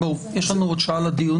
שבו הוא נעצר כנראה שלא בצדק.